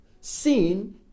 sin